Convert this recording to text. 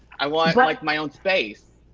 i want like like my own space.